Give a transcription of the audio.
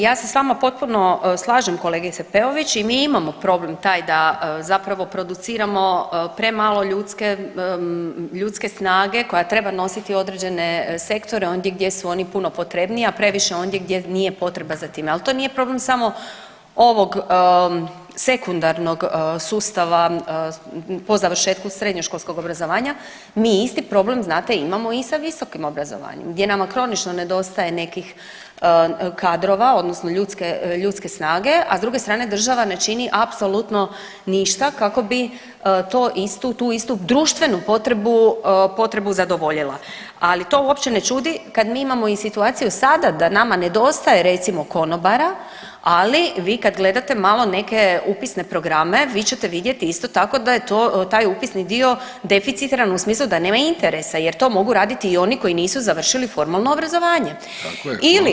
Ja se s vama potpuno slažem kolegice Peović i mi imamo problem taj da zapravo produciramo premalo ljudske, ljudske snage koja treba nositi određene sektore ondje gdje su oni puno potrebniji, a previše ondje gdje nije potreba za tim, al to nije problem samo ovog sekundarnog sustava po završetku srednjoškolskog obrazovanja, mi isti problem znate imamo i sa visokim obrazovanjem gdje nama kronično nedostaje nekih kadrova odnosno ljudske, ljudske snage, a s druge strane država ne čini apsolutno ništa kako bi to isto, tu istu društvenu potrebu, potrebu zadovoljila, ali to uopće ne čudi kad mi imamo i situaciju sada da nama nedostaje recimo konobara, ali vi kad gledate malo neke upisne programe vi ćete vidjeti isto tako da je to, taj upisni dio deficitaran u smislu da nema interesa jer to mogu raditi i oni koji nisu završili formalno obrazovanje ili…